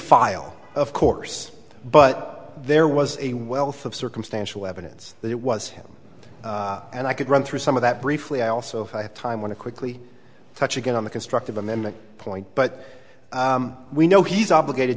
file of course but there was a wealth of circumstantial evidence that it was him and i could run through some of that briefly i also if i have time want to quickly touch again on the constructive amendment point but we know he's obligated